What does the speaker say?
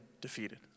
defeated